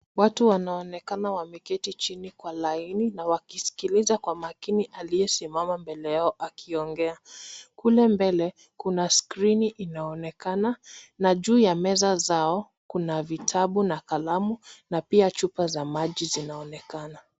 Watu wanaonekana wameketi chini kwa laini na wakisikiliza kwa makini aliyesimama mbele yao akiongea. Kule mbele, kuna skrini inaonekana na juu ya meza zao kuna vitabu na kalamu na pia chupa za maji zinaonekana.